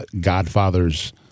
godfather's